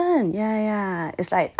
ah twenty seven ya ya